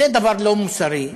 זה דבר לא מוסרי.